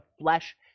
flesh